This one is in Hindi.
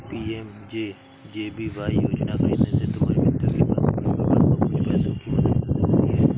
पी.एम.जे.जे.बी.वाय योजना खरीदने से तुम्हारी मृत्यु के बाद तुम्हारे परिवार को कुछ पैसों की मदद मिल सकती है